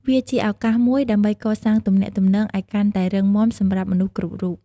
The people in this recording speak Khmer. វាជាឱកាសមួយដើម្បីកសាងទំនាក់ទំនងឱ្យកាន់តែរឹងមាំសម្រាប់មនុស្សគ្រប់រូប។